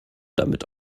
damit